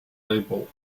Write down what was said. label